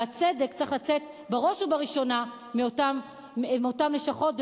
והצדק צריך לצאת בראש ובראשונה מאותן לשכות,